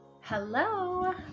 Hello